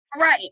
Right